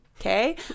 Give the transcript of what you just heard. okay